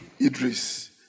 Idris